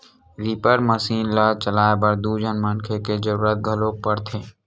reaper machine ल चलाए बर दू झन मनखे के जरूरत घलोक परथे